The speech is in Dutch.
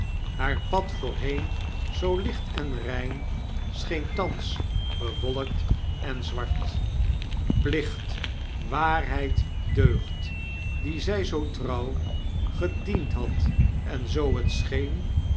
haar pad voorheen zoo licht en rein scheen thans bewolkt en zwart plicht waarheid deugd die zy zoo trouw gediend had en zoo t scheen